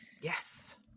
Yes